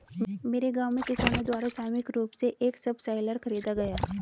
मेरे गांव में किसानो द्वारा सामूहिक रूप से एक सबसॉइलर खरीदा गया